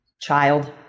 child